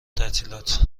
تعطیلات